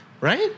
right